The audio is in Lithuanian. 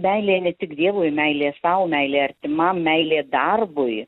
meilė ne tik dievui meilė sau meilė artimam meilė darbui